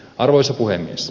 arvoisa puhemies